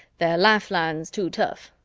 their lifelines too tough.